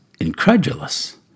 incredulous